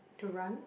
to run